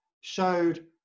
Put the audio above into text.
showed